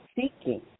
seeking